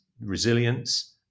resilience